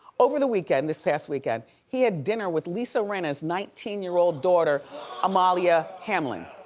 over the weekend this past weekend he had dinner with lisa rinna's nineteen year old daughter amelia hamlin.